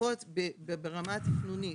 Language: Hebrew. לפחות ברמה התכנונית,